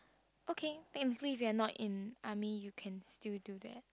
okay technically if you are not in army you can still do that